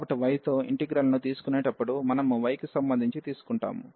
కాబట్టి y తో integral ను తీసుకునేటప్పుడు మనము y కి సంబంధించి తీసుకుంటాము